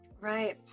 Right